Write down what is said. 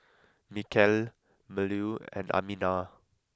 Mikhail Melur and Aminah